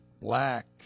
black